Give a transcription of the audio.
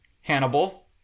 Hannibal